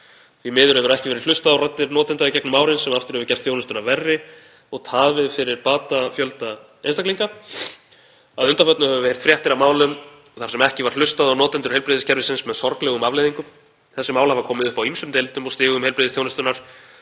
Því miður hefur ekki verið hlustað á raddir notenda í gegnum árin sem aftur hefur gert þjónustuna verri og tafið fyrir bata fjölda einstaklinga. Að undanförnu höfum við heyrt fréttir af málum þar sem ekki var hlustað á notendur heilbrigðiskerfisins með sorglegum afleiðingum. Þessi mál hafa komið upp á ýmsum deildum og stigum heilbrigðisþjónustunnar